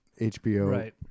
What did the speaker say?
HBO